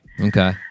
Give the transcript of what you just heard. Okay